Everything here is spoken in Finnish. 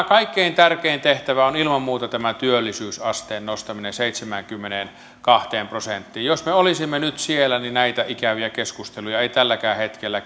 kaikkein tärkein tehtävä on ilman muuta tämä työllisyysasteen nostaminen seitsemäänkymmeneenkahteen prosenttiin jos me olisimme nyt siellä näitä ikäviä keskusteluja ei tälläkään hetkellä